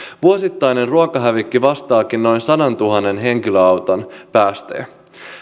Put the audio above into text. vuosittainen ruokahävikki vastaakin noin sadantuhannen henkilöauton päästöjä